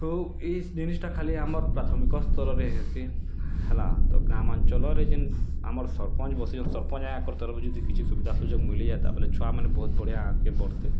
ହଉ ଏଇ ଜିନିଷ୍ଟା ଖାଲି ଆମର୍ ପ୍ରାଥମିକ ସ୍ତରରେ ହେସି ହେଲା ତ ଗାମାଞ୍ଚଲରେ ଯେନ୍ ଆମର୍ ସରପଞ୍ଚ୍ ବସିଛନ୍ ସରପଞ୍ଚଆକଁର୍ ତରଫୁ ଯଦି କିଛି ସୁବିଧା ସୁଯୋଗ ମିଲିଯାତା ବଲେ ଛୁଆମାନେ ବହୁତ୍ ବଢ଼ିଆ ଆଗ୍କେ ବଢ଼୍ତେ